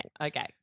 Okay